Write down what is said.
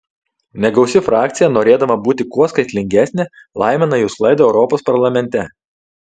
negausi frakcija norėdama būti kuo skaitlingesnė laimina jų sklaidą europos parlamente